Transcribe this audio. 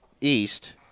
east